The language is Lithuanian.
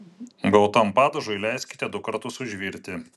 gautam padažui leiskite du kartus užvirti